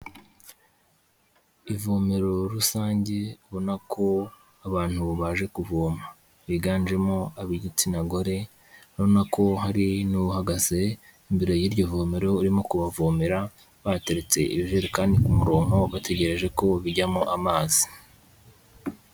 Ivomero rusange ubona ko abantu baje kuvoma, biganjemo ab'igitsina gore, urabona ko hari n'uhagaze imbere y'iryo vomero urimo kubavomera, bateretse ibijerekani ku murongo bategereje ko bijyamo amazi.